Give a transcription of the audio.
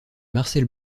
marcel